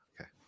okay